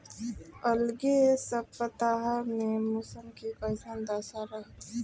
अलगे सपतआह में मौसम के कइसन दशा रही?